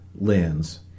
lens